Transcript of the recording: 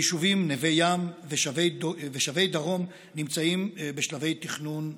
היישובים נווה ים ושבי דרום נמצאים בשלבי תכנון ובנייה.